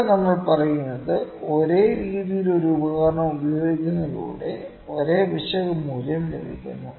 ഇവിടെ നമ്മൾ പറയുന്നത് ഒരേ രീതിയിൽ ഒരു ഉപകരണം ഉപയോഗിക്കുന്നതിലൂടെ ഒരേ പിശക് മൂല്യം ലഭിക്കുന്നു